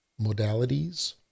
modalities